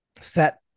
set